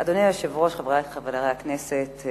אדוני היושב-ראש, חברי חברי הכנסת,